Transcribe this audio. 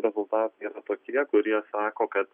rezultatai yra tokie kurie sako kad